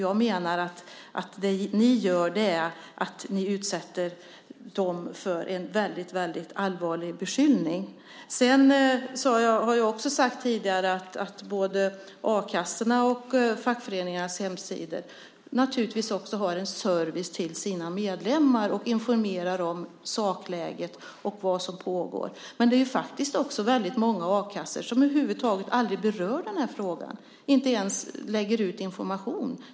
Jag menar att ni utsätter dem för en väldigt allvarlig beskyllning. Jag har också sagt tidigare att både a-kassornas och fackföreningarnas hemsidor naturligtvis har en service till sina medlemmar och informerar om sakläget. Det är faktiskt väldigt många a-kassor som över huvud taget inte berör den här frågan, inte ens lägger ut information.